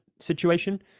situation